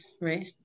right